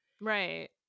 right